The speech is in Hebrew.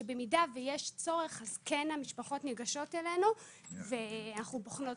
שבמידה ויש צורך המשפחות כן ניגשות אלינו ואנחנו בוחנים אותן.